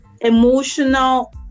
Emotional